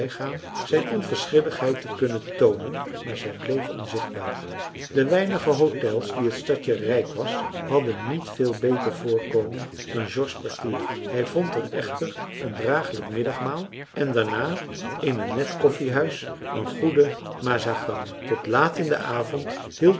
zijn onverschilligheid te kunnen toonen maar zij bleef onzichtbaar de weinige hôtels die het stadje rijk was hadden niet veel beter voorkomen dan george's kwartier hij vond er echter een dragelijk middagmaal en daarna in een net koffiehuis een goeden mazagran tot laat in den avond